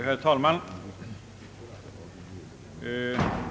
Herr talman!